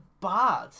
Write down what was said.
bad